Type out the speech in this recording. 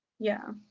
yeah,